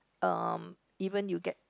um even you get